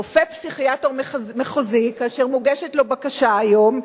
רופא פסיכיאטר מחוזי, כאשר מוגשת לו בקשה היום,